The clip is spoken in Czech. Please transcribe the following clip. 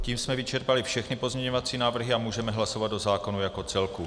Tím jsme vyčerpali všechny pozměňovací návrhy a můžeme hlasovat o zákonu jako celku.